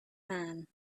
man